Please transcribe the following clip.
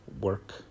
work